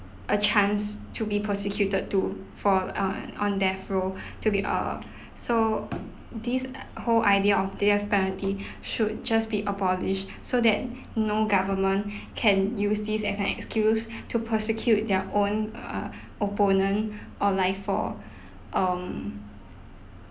a chance to be prosecuted to for on on death row to be uh so this uh whole idea of death penalty should just be abolished so that no government can use this as an excuse to prosecute their own uh opponent or like for um